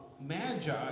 magi